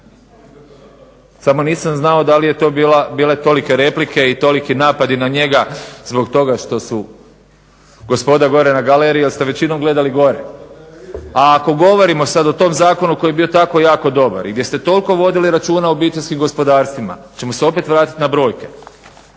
Samo nisam znao da li je to bile tolike replike i toliki napadi na njega zbog toga što su gospoda gore na galeriji jel ste većinom gledali gore. A ako govorimo sada o tom zakonu koji je bio tako jako dobar i gdje ste toliko vodili računa o obiteljskim gospodarstvima. Hoćemo se opet vratiti na brojke?